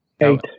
eight